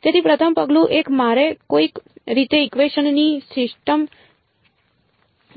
તેથી પ્રથમ પગલું 1 મારે કોઈક રીતે ઇકવેશનની સિસ્ટમ